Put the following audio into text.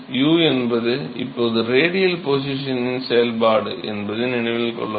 u என்பது இப்போது radial பொசிஷனின் செயல்பாடு என்பதை நினைவில் கொள்ளவும்